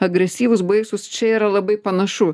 agresyvūs baisūs čia yra labai panašu